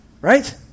right